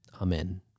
Amen